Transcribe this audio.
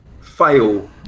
fail